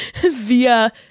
via